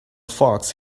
fox